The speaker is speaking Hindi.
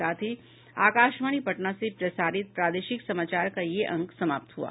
इसके साथ ही आकाशवाणी पटना से प्रसारित प्रादेशिक समाचार का ये अंक समाप्त हुआ